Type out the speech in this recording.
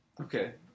Okay